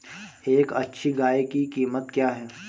एक अच्छी गाय की कीमत क्या है?